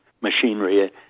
machinery